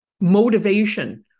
motivation